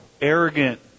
arrogant